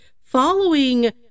following